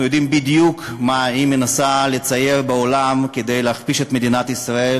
אנחנו יודעים בדיוק מה היא מנסה לצייר בעולם כדי להכפיש את מדינת ישראל,